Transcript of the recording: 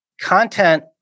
Content